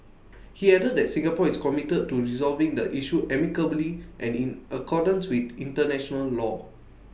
he added that Singapore is committed to resolving the issue amicably and in accordance with International law